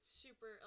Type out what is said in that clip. super